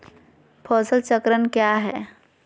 फसल चक्रण क्या है?